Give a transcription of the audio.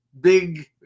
big